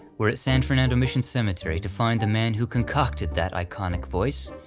we're at san fernando mission cemetery to find the man who concocted that iconic voice,